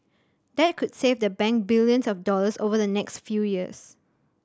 that could save the bank billions of dollars over the next few years